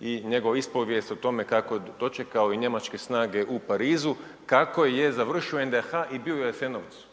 i njegov ispovijest o tome kako je dočekao i njemačke snage u Parizu, kako je završio u NDH i bio u Jasenovcu.